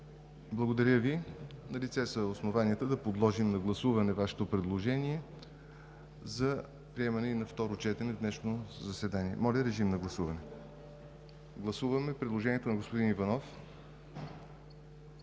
Благодаря Ви. Налице са основанията да подложим на гласуване Вашето предложение за приемане и на второ четене в днешното заседание. Гласуваме предложението на господин Иванов